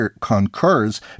concurs